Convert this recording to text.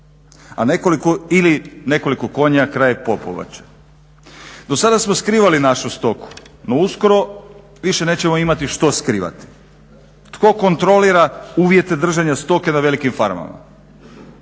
a nekoliko ili nekoliko konja kraj Popovače. Do sada smo skrivali našu stoku no uskoro više nećemo imati što skrivati. Tko kontrolira uvjete držanja stoke na velikim farmama?